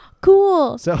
Cool